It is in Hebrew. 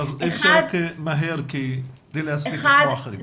אם אפשר להזדרז כדי שגם אחרים יוכלו לדבר.